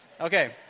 Okay